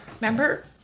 Remember